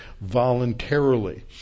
voluntarily